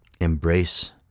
embrace